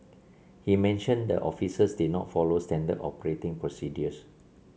he mentioned the officers did not follow standard operating procedures